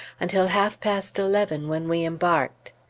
until half-past eleven, when we embarked.